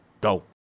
go